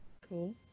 Cool